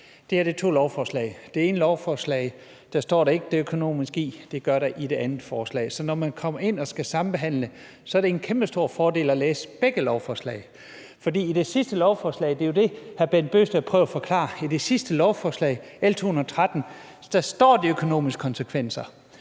Det her er to lovforslag. I det ene lovforslag står der ikke noget om økonomien i det, men det gør der i det andet forslag. Så når man skal sambehandle, er det en kæmpestor fordel at læse begge lovforslag. Hr. Bent Bøgsted prøvede jo at forklare, at der i det sidste lovforslag, L 213, står om de økonomiske konsekvenser.